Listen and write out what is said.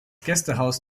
gästehaus